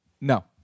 No